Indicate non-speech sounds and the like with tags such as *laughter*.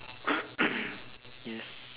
*coughs* yes